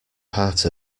part